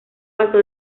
pasó